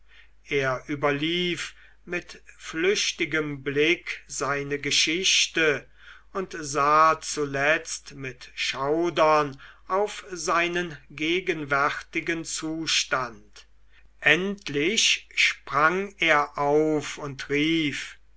er überlief mit flüchtigem blick seine geschichte und sah zu letzt mit schaudern auf seinen gegenwärtigen zustand endlich sprang er auf und rief